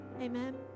Amen